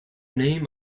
name